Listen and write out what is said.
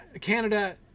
Canada